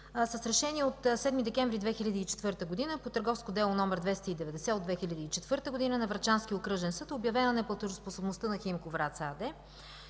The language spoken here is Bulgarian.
с Решение от 7 декември 2014 г. по Търговско дело № 290 от 2004 г. на Врачанския окръжен съд е обявена неплатежоспособността на „Химко” – Враца АД